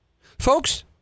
Folks